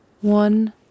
One